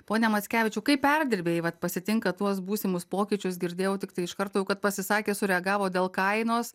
pone mackevičiau kaip perdirbėjai vat pasitinka tuos būsimus pokyčius girdėjau tiktai iš karto jau kad pasisakė sureagavo dėl kainos